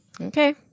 Okay